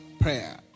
prayer